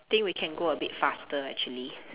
think we can go a bit faster actually